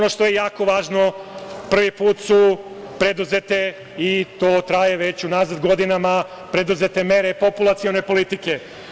Ono što je jako važno, prvi put su predete, i to traje već unazad godinama, mere populacione politike.